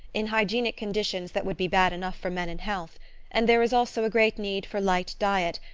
in hygienic conditions that would be bad enough for men in health and there is also a great need for light diet,